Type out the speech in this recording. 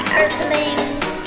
earthlings